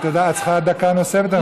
את צריכה דקה נוספת?